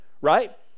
right